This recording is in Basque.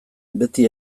beti